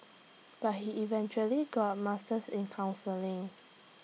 but he eventually got A master's in counselling